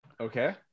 Okay